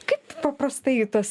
kaip paprastai tas